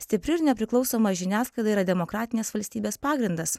stipri ir nepriklausoma žiniasklaida yra demokratinės valstybės pagrindas